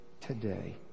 today